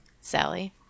Sally